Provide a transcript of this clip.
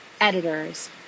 editors